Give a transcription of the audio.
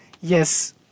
Yes